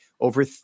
over